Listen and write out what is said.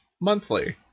monthly